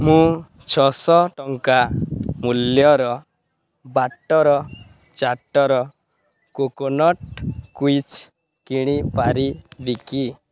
ମୁଁ ଛଅଶହ ଟଙ୍କା ମୂଲ୍ୟର ବାଟ୍ଟର ଚାଟ୍ଟର କୋକୋନଟ୍ କୁକିଜ୍ କିଣିପାରିବି କି